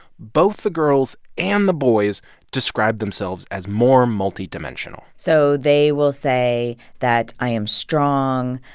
both the girls and the boys described themselves as more multidimensional so they will say that i am strong,